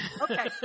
Okay